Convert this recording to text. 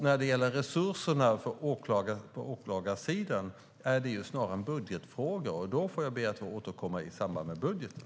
När det gäller resurserna för åklagarsidan är det snarare en budgetfråga, och jag ber att få återkomma i samband med budgeten.